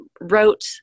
wrote